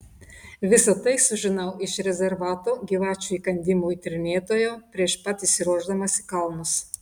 visa tai sužinau iš rezervato gyvačių įkandimų tyrinėtojo prieš pat išsiruošdamas į kalnus